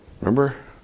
Remember